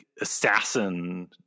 assassin